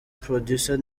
producer